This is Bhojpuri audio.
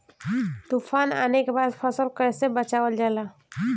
तुफान आने के बाद फसल कैसे बचावल जाला?